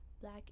black